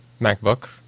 MacBook